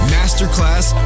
Masterclass